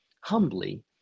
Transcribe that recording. humbly